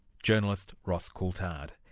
journalist, ross coulthart.